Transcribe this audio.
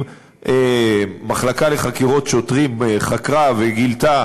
אם המחלקה לחקירות שוטרים חקרה וגילתה